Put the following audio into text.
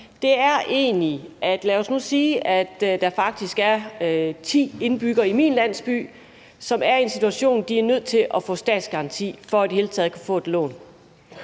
vi nu siger, at der faktisk er ti indbyggere i min landsby, som er i en situation, hvor de er nødt til at få statsgaranti for i det hele taget at kunne få et lån,